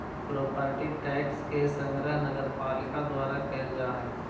property tax के संग्रह नगरपालिका द्वारा कैल जा हई